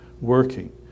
working